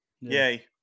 Yay